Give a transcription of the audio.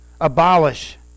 Abolish